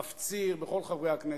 מפציר בכל חברי הכנסת,